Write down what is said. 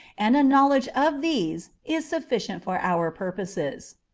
and a knowledge of these is sufficient for our purposes.